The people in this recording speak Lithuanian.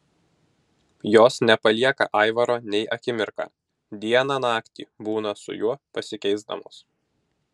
jos nepalieka aivaro nei akimirką dieną naktį būna su juo pasikeisdamos